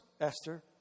Esther